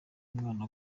umwana